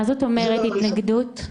מה זאת אומרת התנגדות?